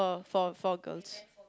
four four girls